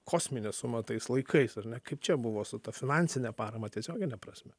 kosminė suma tais laikais ar ne kaip čia buvo su ta finansine parama tiesiogine prasme